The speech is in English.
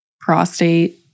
prostate